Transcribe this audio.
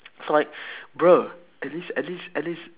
so like bruh at least at least at least